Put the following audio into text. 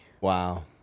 wow